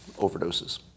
overdoses